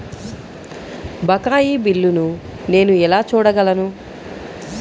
బకాయి బిల్లును నేను ఎలా చూడగలను?